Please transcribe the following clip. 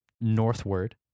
northward